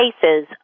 cases